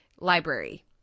library